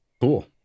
cool